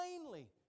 plainly